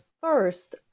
first